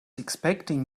expecting